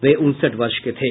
वे उनसठ वर्ष के थे